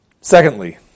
Secondly